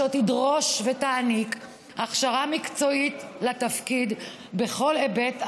והיא תדרוש ותעניק הכשרה מקצועית לתפקיד בכל היבט,